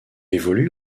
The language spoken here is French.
évolue